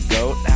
Goat